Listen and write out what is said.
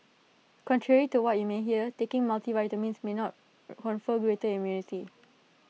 contrary to what you may hear taking multivitamins may not confer greater immunity